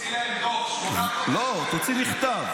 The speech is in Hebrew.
תוציא להם דוח --- לא, תוציא מכתב.